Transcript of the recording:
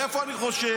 מאיפה אני חושב?